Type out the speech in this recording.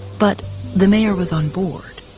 but the mayor was onboard.